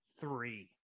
three